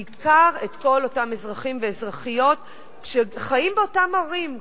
בעיקר את כל אותם אזרחים ואזרחיות שחיים באותן ערים,